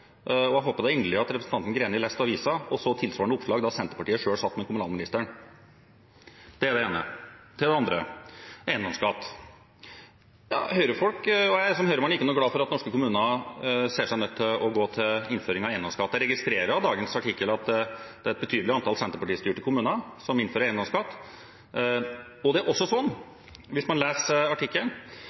og jeg håper da inderlig at representanten Greni leste aviser og så tilsvarende oppslag da Senterpartiet selv satt med kommunalministeren. – Det er det ene. Det andre er eiendomsskatt. Høyre-folk og jeg som Høyre-mann er ikke noe glad for at norske kommuner ser seg nødt til å gå til innføring av eiendomsskatt. Jeg registrerer av dagens artikkel at det er et betydelig antall senterpartistyrte kommuner som innfører eiendomsskatt. Hvis man leser artikkelen,